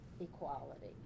equality